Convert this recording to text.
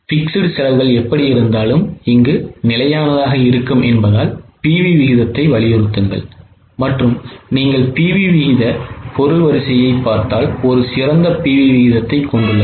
Fixed செலவுகள் எப்படியிருந்தாலும் நிலையானதாக இருக்கும் என்பதால் PV விகிதத்தை வலியுறுத்துங்கள் மற்றும் நீங்கள் PV விகித பொருள் வரிசையை பார்த்தால் ஒரு சிறந்த PV விகிதத்தைக் கொண்டுள்ளது